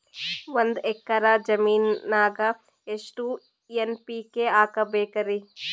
ಒಂದ್ ಎಕ್ಕರ ಜಮೀನಗ ಎಷ್ಟು ಎನ್.ಪಿ.ಕೆ ಹಾಕಬೇಕರಿ?